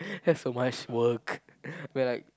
that's so much work we're like